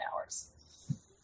hours